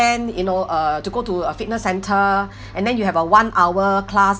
you know uh to go to a fitness centre and then you have a one hour class